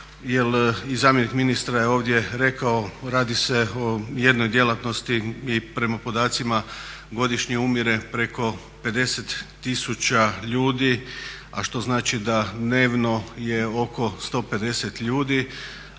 i zamjenik ministra je ovdje rekao radi se o jednoj djelatnosti i prema podacima godišnje umire preko 50 000 ljudi, a što znači da dnevno je oko 150 ljudi.